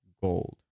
gold